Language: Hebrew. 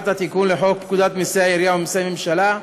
של התיקון לחוק פקודת מסי העירייה ומסי הממשלה.